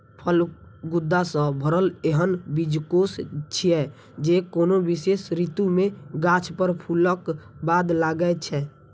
फल गूदा सं भरल एहन बीजकोष छियै, जे कोनो विशेष ऋतु मे गाछ पर फूलक बाद लागै छै